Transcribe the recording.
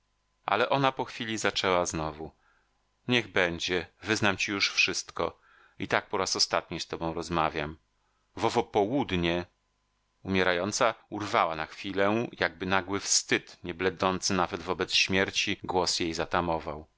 ale ona po chwili zaczęła znowu niech będzie wyznam ci już wszystko i tak po raz ostatni z tobą rozmawiam w owo południe umierająca urwała na chwilę jakby nagły wstyd nie blednący nawet wobec śmierci głos jej zatamował